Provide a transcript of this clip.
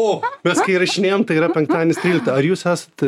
o mes kai įrašinėjam tai yra penktadienis trylikta ar jūs esat